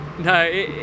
No